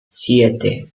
siete